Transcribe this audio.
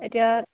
এতিয়া